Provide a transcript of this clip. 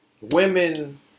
Women